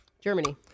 Germany